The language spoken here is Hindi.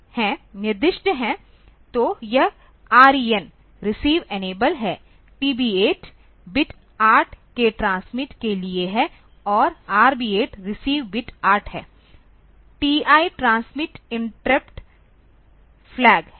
तो यह REN रिसीव इनेबल है TB 8 बिट 8 के ट्रांसमिट के लिए है और RB 8 रिसीव बिट 8 है TI ट्रांसमिट इंटरप्ट फ्लैग है